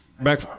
back